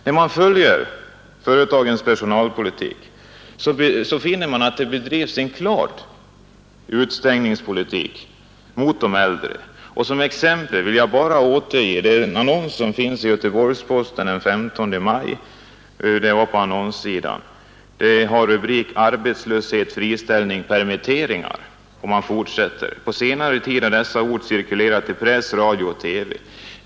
När man följer företagens personalpolitik finner man att det bedrivs en utestängningspolitik mot de äldre. Som exempel vill jag återge en annons i Göteborgs-Posten den 15 maj. Den har som rubrik ”Arbetslöshet — Friställningar — Permitteringar”. Första meningen i annonsen lyder: ”På senare tid har dessa ord cirkulerat i press, radio och TV.